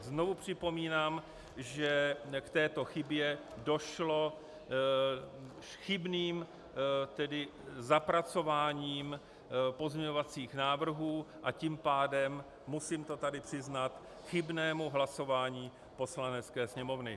Znovu připomínám, že k této chybě došlo chybným zapracováním pozměňovacích návrhů, a tím pádem, musím to tady přiznat, k chybnému hlasování Poslanecké sněmovny.